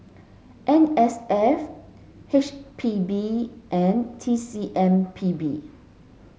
N S F H P B and T C M P B